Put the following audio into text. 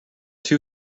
two